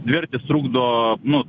dviratis trukdo nu